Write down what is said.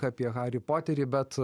apie harį poterį bet